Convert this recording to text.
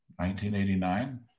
1989